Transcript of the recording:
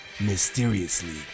mysteriously